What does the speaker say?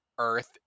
Earth